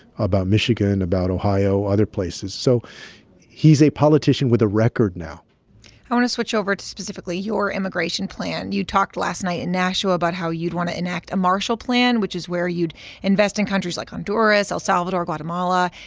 about michigan, about ohio, other places. so he's a politician with a record now i want to switch over to specifically your immigration plan. you talked last night in nashua about how you'd want to enact a marshall plan, which is where you'd invest in countries like honduras, el salvador, guatemala.